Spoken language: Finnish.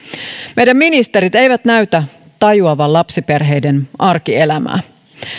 meidän ministerimme eivät näytä tajuavan lapsiperheiden arkielämää